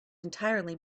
entirely